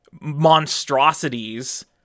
monstrosities